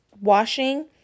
washing